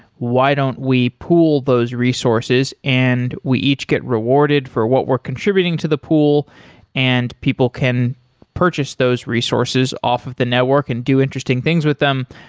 why don't we pool those resources and we each get rewarded for what we're contributing to the pool and people can purchase those resources off of the network and do interesting things with them?